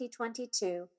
2022